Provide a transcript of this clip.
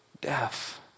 Death